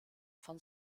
von